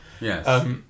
Yes